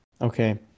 okay